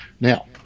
Now